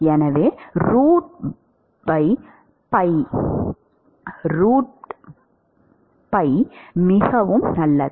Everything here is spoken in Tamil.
எனவே ரூட் பை 2 மிகவும் நல்லது